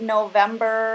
November